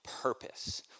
purpose